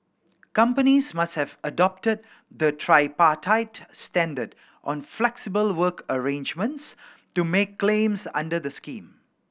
companies must have adopted the tripartite standard on flexible work arrangements to make claims under the scheme